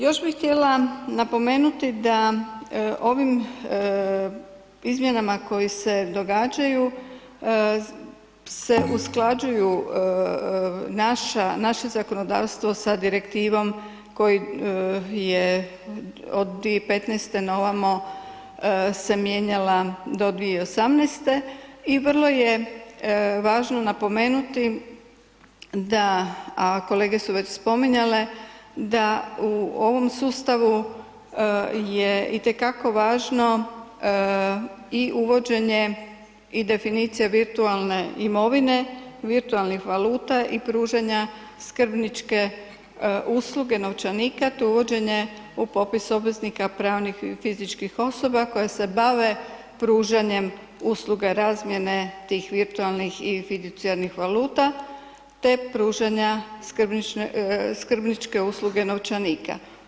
Još bih htjela napomenuti da ovim izmjenama koje se događaju se usklađuju naša, naše zakonodavstvo sa Direktivom koji je od 2015. na ovamo se mijenjala do 2018. i vrlo je važno napomenuti da, a kolege su već spominjale, da u ovom sustavu je i te kako važno i uvođenje i definicija virtualne imovine, virtualnih valuta i pružanja skrbničke usluge novčanika te uvođenje u popis obveznika pravnih i fizičkih osoba koje se bave pružanjem usluga razmjene tih virtualnih i fiducijalnih valuta te pružanja skrbničke usluge novčanika.